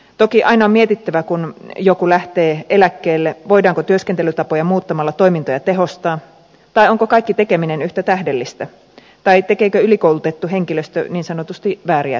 toki aina on mietittävä kun joku lähtee eläkkeelle voidaanko työskentelytapoja muuttamalla toimintoja tehostaa tai onko kaikki tekeminen yhtä tähdellistä tai tekeekö ylikoulutettu henkilöstö niin sanotusti vääriä töitä